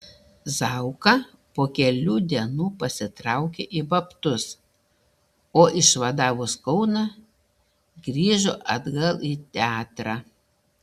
zauka po kelių dienų pasitraukė į babtus o išvadavus kauną grįžo atgal į teatrą